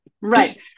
Right